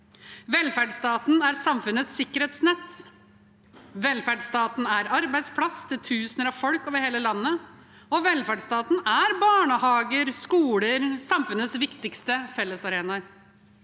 Velferdsstaten er samfunnets sikkerhetsnett. Velferdsstaten er arbeidsplass for tusener av folk over hele landet, og velferdsstaten er barnehager og skoler – samfunnets viktigste fellesarenaer.